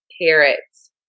Carrots